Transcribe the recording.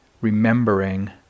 remembering